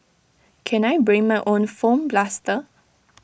can I bring my own foam blaster